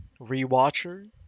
rewatcher